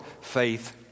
faith